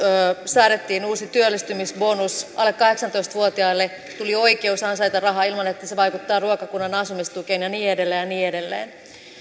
säädettiin uusi työllistymisbonus alle kahdeksantoista vuotiaille tuli oikeus ansaita rahaa ilman että se vaikuttaa ruokakunnan asumistukeen ja niin edelleen ja niin edelleen